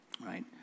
right